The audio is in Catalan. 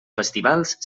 festivals